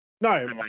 No